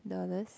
dollars